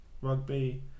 rugby